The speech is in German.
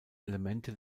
elemente